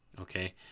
okay